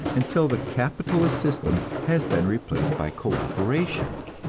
until the capitalist system has been replaced by cooperation.